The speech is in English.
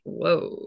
whoa